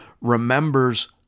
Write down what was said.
remembers